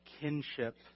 Kinship